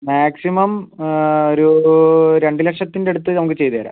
maximum ഒരൂ രണ്ട് ലക്ഷത്തിൻ്റെ അടുത്ത് നമുക്ക് ചെയ്തു തരാം